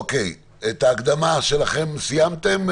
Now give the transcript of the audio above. אוקיי, את ההקדמה שלכם סיימתם?